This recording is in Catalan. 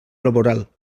laboral